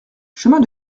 chemin